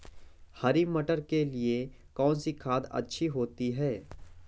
हरी मटर के लिए कौन सी खाद अच्छी होती है?